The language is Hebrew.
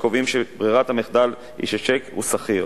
שקובעים שברירת המחדל היא שצ'ק הוא סחיר,